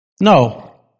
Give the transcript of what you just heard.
No